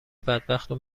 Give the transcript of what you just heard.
بدبختو